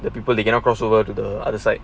the people they cannot cross over to the other side